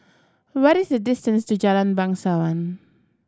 what is the distance to Jalan Bangsawan